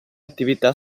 attività